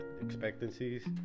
expectancies